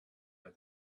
for